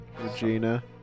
Regina